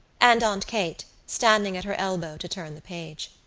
and aunt kate standing at her elbow to turn the page.